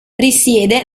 risiede